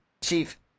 Chief